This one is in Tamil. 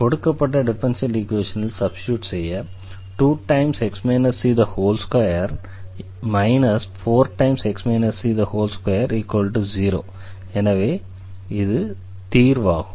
கொடுக்கப்பட்ட டிஃபரன்ஷியல் ஈக்வேஷனில் சப்ஸ்டிடியூட் செய்ய 2 420 என்பது தீர்வாகும்